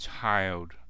child